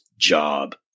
job